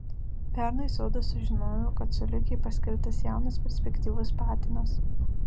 pernai sodas sužinojo kad coliukei paskirtas jaunas perspektyvus patinas